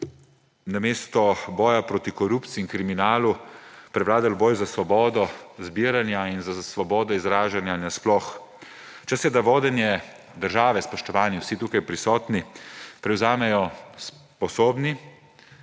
namesto boja proti korupciji in kriminalu prevladal boj za svobodo zbiranja in za svobodo izražanja nasploh. Čas je, da vodenje države, spoštovani vsi tukaj prisotni, prevzamejo sposobni,